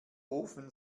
ofen